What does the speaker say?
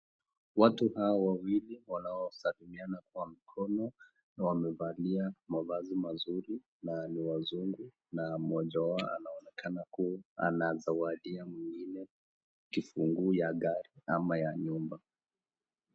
Watu hawa wawili wanaosalimiana kwa mkono wamevalia mavazi mazuri na ni wazungu na mmoja wao anaonekana kuwa anazawadia mwingine kifungu ya gari ama ya nyumba.